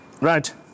Right